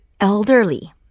elderly